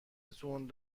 تون